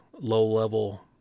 low-level